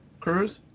Cruz